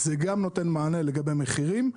זה גם נותן מענה לגבי המחירים.